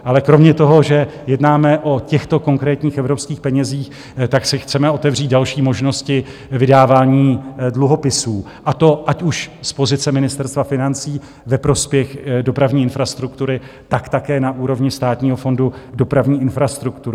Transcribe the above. Ale kromě toho, že jednáme o těchto konkrétních evropských penězích, tak se chceme otevřít další možnosti vydávání dluhopisů, a to ať už z pozice Ministerstva financí ve prospěch dopravní infrastruktury, tak také na úrovni Státního fondu dopravní infrastruktury.